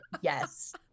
Yes